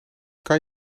kan